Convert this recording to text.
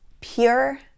pure